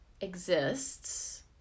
exists